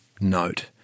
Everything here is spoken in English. note